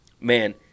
man